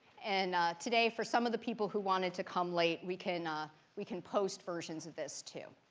and today, for some of the people who wanted to come late, we can ah we can post versions of this, too.